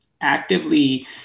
actively